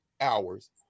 hours